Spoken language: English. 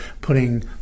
putting